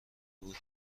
بود